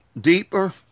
deeper